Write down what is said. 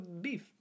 beef